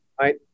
right